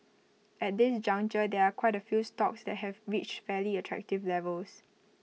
at this juncture there are quite A few stocks that have reached fairly attractive levels